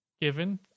given